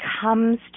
comes